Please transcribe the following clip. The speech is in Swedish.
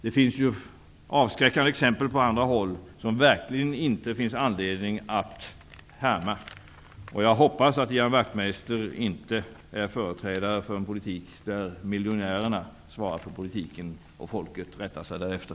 Det finns på andra håll avskräckande exempel, som det verkligen inte finns anledning att följa. Jag hoppas att Ian Wachtmeister inte är företrädare för en uppläggning där miljonärerna svarar för politiken och folket får rätta sig därefter.